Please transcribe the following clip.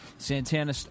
Santana